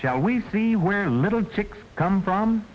shall we see where little ticks come from